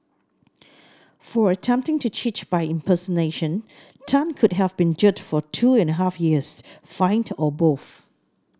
for attempting to cheat by impersonation Tan could have been jailed for two and a half years fined or both